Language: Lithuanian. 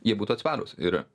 jie būtų atsparūs ir